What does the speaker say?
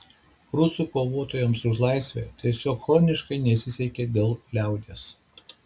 rusų kovotojams už laisvę tiesiog chroniškai nesisekė dėl liaudies